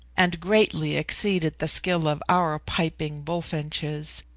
and greatly exceeded the skill of our piping bullfinches,